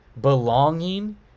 belonging